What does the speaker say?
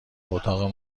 اتاق